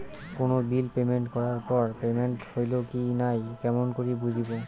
কোনো bill payment করার পর পেমেন্ট হইল কি নাই কেমন করি বুঝবো?